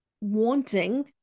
wanting